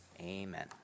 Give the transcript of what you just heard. amen